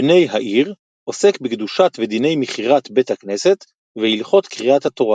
בני העיר - עוסק בקדושת ודיני מכירת בית הכנסת והלכות קריאת התורה.